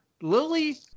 Lily